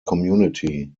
community